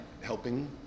helping